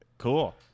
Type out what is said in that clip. Cool